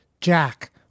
Jack